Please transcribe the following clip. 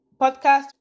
podcast